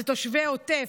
שזה תושבי העוטף,